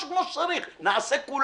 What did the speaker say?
איך אומרים, באתי, ראיתי נסעתי.